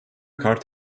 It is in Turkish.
kart